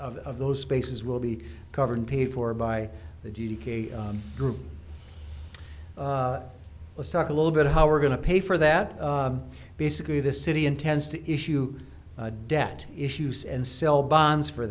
of those spaces will be covered and paid for by the group let's talk a little bit of how we're going to pay for that basically the city intends to issue a debt issues and sell bonds for